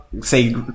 say